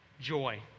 joy